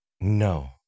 No